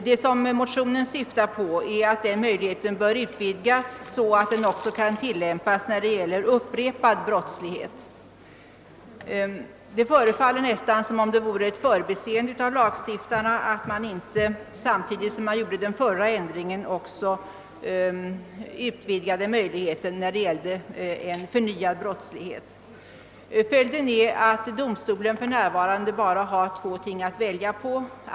Motionen syftar till att den möjligheten skall utvidgas, så att den kan tillämpas vid upprepad brottslighet. Det förefaller nästan som om det var ett förbiseende av lagstiftarna att de inte, samtidigt som de gjorde ändringen av lagen, utvidgade möjligheten att gälla även förnyad brottslighet. Följden är att domstolen för närvarande bara har två ting att välja på.